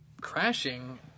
Crashing